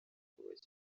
kubaka